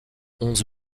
onze